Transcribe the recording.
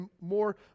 more